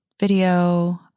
video